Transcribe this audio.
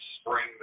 spring